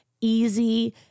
easy